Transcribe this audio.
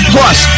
Plus